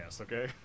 okay